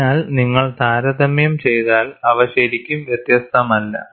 അതിനാൽ നിങ്ങൾ താരതമ്യം ചെയ്താൽ അവ ശരിക്കും വ്യത്യസ്തമല്ല